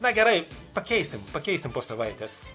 na gerai pakeisim pakeisim po savaitės